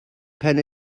pen